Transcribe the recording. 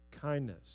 kindness